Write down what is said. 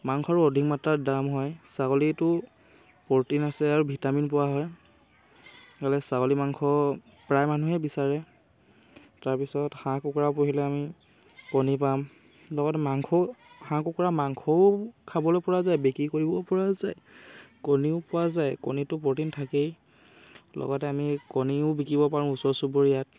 মাংসৰো অধিক মাত্ৰাৰ দাম হয় ছাগলীটো প্ৰ'টিন আছে আৰু ভিটামিন পোৱা হয় ছাগলী মাংস প্ৰায় মানুহে বিচাৰে তাৰপিছত হাঁহ কুকুৰা পুহিলে আমি কণী পাম লগতে মাংস হাঁহ কুকুৰা মাংসও খাবলৈ পৰা যায় বিক্ৰী কৰিব পৰা যায় কণীও পোৱা যায় কণীটো প্ৰ'টিন থাকেই লগতে আমি কণীও বিকিব পাৰোঁ ওচৰ চুবুৰীয়াক